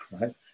right